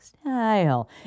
style